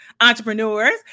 entrepreneurs